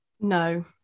No